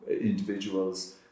individuals